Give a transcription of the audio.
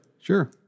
sure